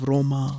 Roma